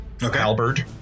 albert